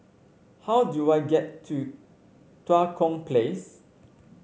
how do I get to Tua Kong Place